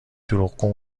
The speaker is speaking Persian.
دروغگو